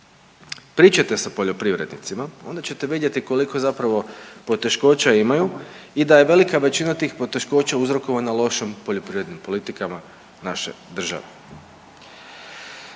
pričate sa poljoprivrednicima, onda ćete vidjeti koliko je zapravo poteškoća imaju i da je velika većina tih poteškoća uzrokovana lošom poljoprivrednim politikama naše države.